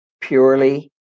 purely